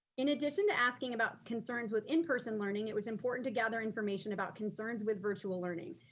in addition to asking about concerns with in-person learning, it was important to gather information about concerns with virtual learning.